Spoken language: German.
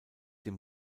dem